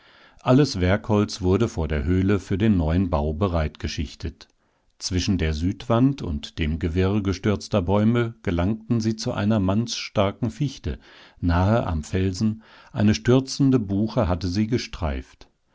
alles werkholz wurde vor der höhle für den neuen bau bereitgeschichtet zwischen der südwand und dem gewirr gestürzter bäume gelangten sie zu einer mannsstarken fichte nahe am felsen eine stürzende buche hatte sie gestreift